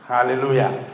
Hallelujah